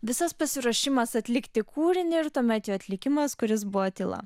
visas pasiruošimas atlikti kūrinį ir tuomet jo atlikimas kuris buvo tyla